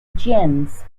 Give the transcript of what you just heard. gens